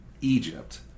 Egypt